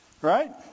Right